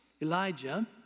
Elijah